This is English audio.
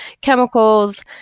chemicals